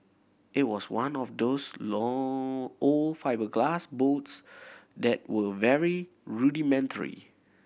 it was one of those low old fibreglass boats that were very rudimentary